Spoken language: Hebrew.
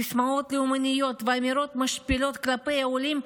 סיסמאות לאומניות ואמירות משפילות כלפי העולים,